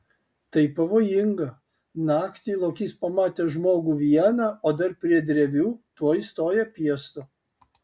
tai pavojinga naktį lokys pamatęs žmogų vieną o dar prie drevių tuoj stoja piestu